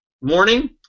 morning